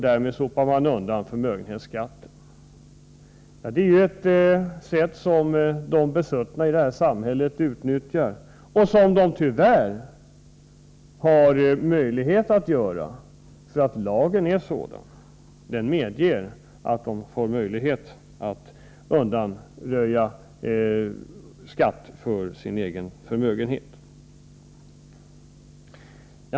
Därmed slipper man undan förmögenhetsskatten. Detta är ett sätt som de besuttna i det här samhället utnyttjar och som de tyvärr har möjlighet att använda, därför att lagen är sådan. Den medger möjlighet att slippa betala skatt på förmögenhet.